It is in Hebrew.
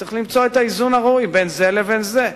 צריך למצוא את האיזון הראוי בין זה לבין זה,